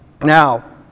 Now